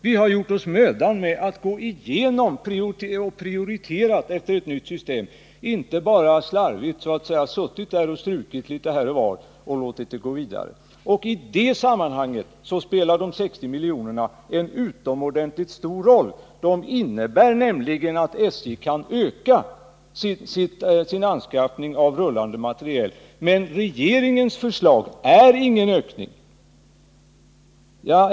Vi har gjort oss mödan att gå igenom och prioritera för ett nytt system, inte bara slarvigt så att säga suttit där och strukit litet här och var och låtit det gå vidare. I det sammanhanget spelar de 60 miljonerna en utomordentligt stor roll. De innebär nämligen att SJ kan öka sin anskaffning av rullande materiel. Men regeringens förslag är ingen ökning.